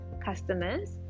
customers